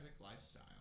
lifestyle